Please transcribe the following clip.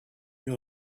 you